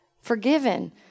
forgiven